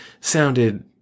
sounded